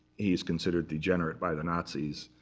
he is considered degenerate by the nazis.